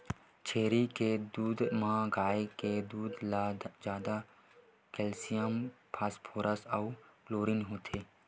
छेरी के दूद म गाय के दूद ले जादा केल्सियम, फास्फोरस अउ क्लोरीन होथे